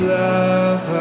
love